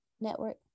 network